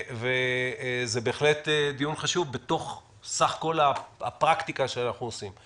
זה בהחלט דיון חשוב בתוך סך כל הפרקטיקה שאנחנו עושים.